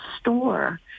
store